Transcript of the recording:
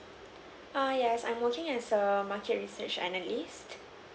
err yes I'm working as a market research analyst